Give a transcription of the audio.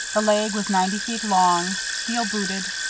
the leg was ninety feet long, steel-booted,